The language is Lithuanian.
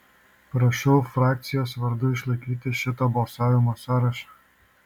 prašau frakcijos vardu išlaikyti šito balsavimo sąrašą